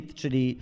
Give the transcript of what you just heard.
czyli